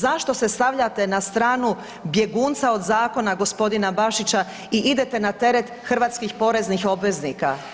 Zašto se stavljate na stranu bjegunca od zakona, g. Bašića i idete na teret hrvatskih poreznih obveznika?